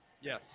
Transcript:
Yes